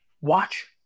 Watch